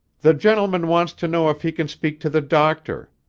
the gentleman wants to know if he can speak to the doctor.